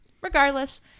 Regardless